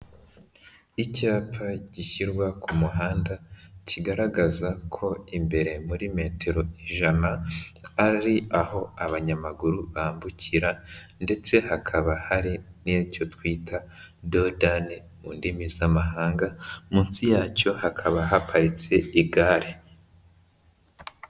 Icyapa gishyirwa ku muhanda, kigaragaza ko imbere muri metero ijana, ari aho abanyamaguru bambukira ndetse hakaba hari n'icyo twita dodane mu ndimi z'amahanga, munsi yacyo hakaba haparitse igare.